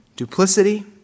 Duplicity